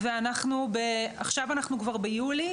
עכשיו אנחנו כבר ביולי,